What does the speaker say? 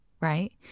right